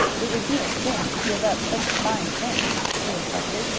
it would be a sin to give up such a fine chance, he reflected.